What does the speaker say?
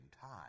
time